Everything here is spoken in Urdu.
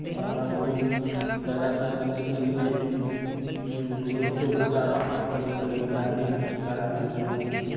اور ہم لوگ تیراکی کرنے کے لیے دوستوں کے ساتھ کبھی کبھی جاتے ہیں تیراکی کرنے کے لیے